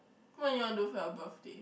what you want do for your birthday